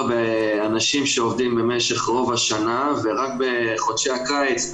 באנשים שעובדים במשך רוב השנה ורק בחודשי הקיץ,